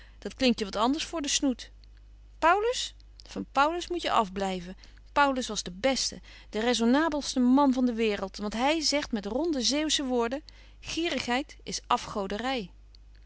dat klinkt je wat anders voor den snoet paulus van paulus moet je afblyven paulus was de beste de raisonnabelste man van de waereld want hy zegt met ronde zeeuwsche woorden gierigheid is